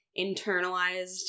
internalized